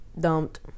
dumped